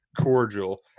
cordial